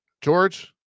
George